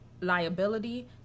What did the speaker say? liability